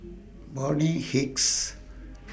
Bonny Hicks